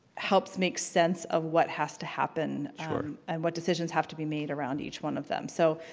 helps make sense of what has to happen and what decisions have to be made around each one of them. so